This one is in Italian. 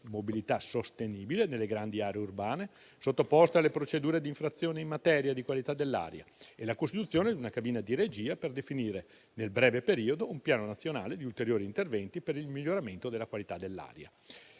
mobilità sostenibile nelle grandi aree urbane, sottoposte alle procedure di infrazione in materia di qualità dell'aria, e la costituzione di una cabina di regia per definire, nel breve periodo, un piano nazionale di ulteriori interventi per il miglioramento della qualità dell'aria.